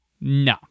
no